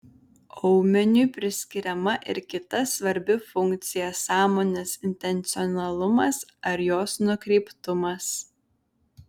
aumeniui priskiriama ir kita svarbi funkcija sąmonės intencionalumas ar jos nukreiptumas